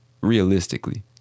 realistically